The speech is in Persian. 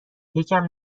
یکم